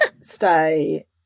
stay